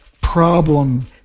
problem